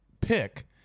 pick